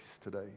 today